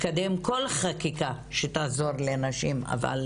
אקדם כל חקיקה שתעזור לנשים, אבל